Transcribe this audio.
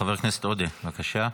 חבר הכנסת עודה, בבקשה.